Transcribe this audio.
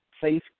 faith